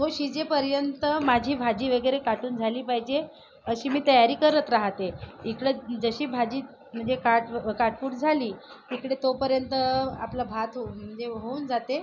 तो शिजेपर्यंत माझी भाजी वगैरे काटून झाली पाहिजे अशी मी तयारी करत राहते इकडे जशी भाजी म्हणजे काट काटून झाली की तिथे तोपर्यंत आपला भात हे होऊन जाते